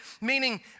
meaning